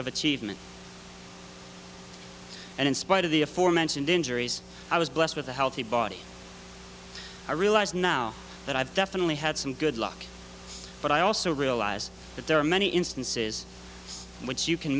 of achievement and in spite of the aforementioned injuries i was blessed with a healthy body i realize now that i've definitely had some good luck but i also realize that there are many instances in which you can